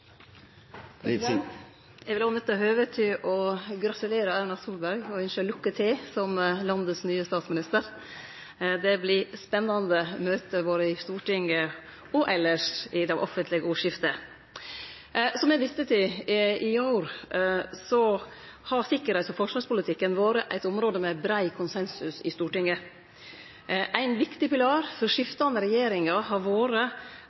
Eg vil òg nytte høvet til å gratulere Erna Solberg og ynskje lukke til som landets nye statsminister. Det vert spennande møte både i Stortinget og elles i det offentlege ordskiftet. Som eg viste til i går, har sikkerheits- og forsvarspolitikken vore eit område med brei konsensus i Stortinget. Ein viktig pilar for skiftande regjeringar har vore